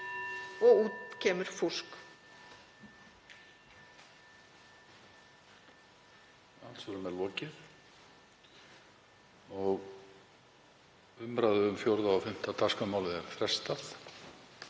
og út kemur fúsk.